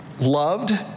loved